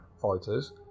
fighters